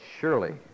Surely